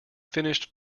finished